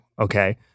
Okay